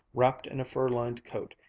wrapped in a fur-lined coat,